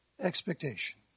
expectation